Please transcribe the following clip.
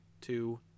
two